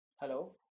Hello